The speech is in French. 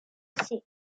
cessé